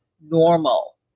normal